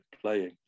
playing